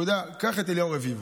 קח את אליהו רביבו,